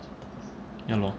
ya lor